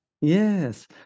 Yes